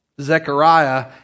Zechariah